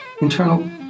internal